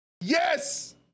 Yes